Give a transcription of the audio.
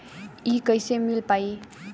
इ कईसे मिल पाई?